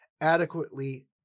adequately